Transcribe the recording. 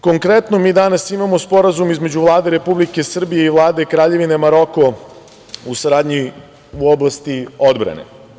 Konkretno, mi danas imamo Sporazum između Vlade Republike Srbije i Vlade Kraljevine Maroko u oblasti odbrane.